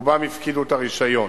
רובם הפקידו את הרשיון.